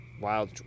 Wild